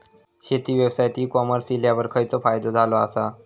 शेती व्यवसायात ecommerce इल्यावर खयचो फायदो झालो आसा?